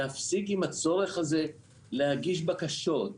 להפסיק עם הצורך הזה להגיש בקשות,